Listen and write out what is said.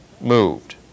moved